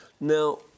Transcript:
Now